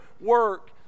work